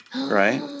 Right